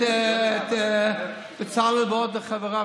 את בצלאל וחבריו,